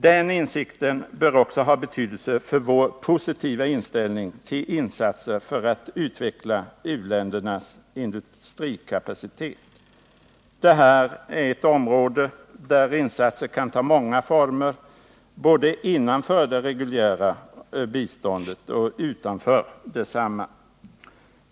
Den insikten bör också ha betydelse för vår positiva inställning till insatser för att utveckla u-ländernas industrikapacitet. Detta är ett område där insatser kan ta många former, både inom det reguljära biståndet och utanför detsamma.